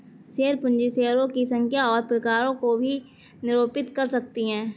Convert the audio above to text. share पूंजी शेयरों की संख्या और प्रकारों को भी निरूपित कर सकती है